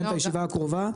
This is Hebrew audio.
נקיים את הישיבה הקרובה,